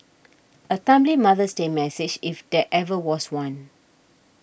a timely Mother's Day message if there ever was one